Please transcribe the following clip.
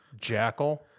Jackal